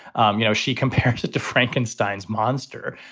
um you know, she compares it to frankenstein's monster